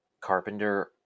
Carpenter